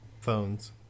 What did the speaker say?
phones